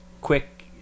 quick